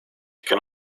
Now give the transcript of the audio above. can